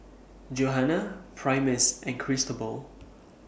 Johana Primus and Cristobal